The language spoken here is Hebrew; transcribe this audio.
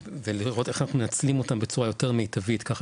ולראות איך אנחנו מנצלים אותם בצורה יותר מיטבית ככה